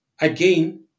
again